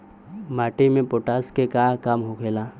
माटी में पोटाश के का काम होखेला?